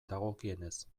dagokienez